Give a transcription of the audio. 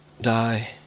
die